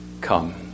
come